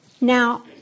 Now